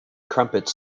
crumpets